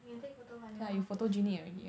you can take photo but you don't know how to post